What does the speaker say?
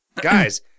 Guys